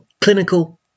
clinical